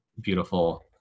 beautiful